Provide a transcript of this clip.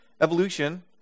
Evolution